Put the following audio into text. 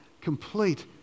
complete